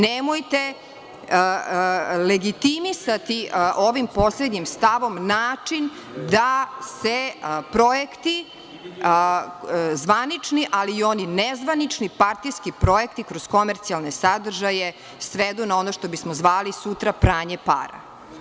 Nemojte legitimisati ovim poslednjim stavom način da se projekti, zvanični, ali i oni nezvanični, partijski projekti, kroz komercijalne sadržaje svedu na ono što bismo zvali sutra pranje para.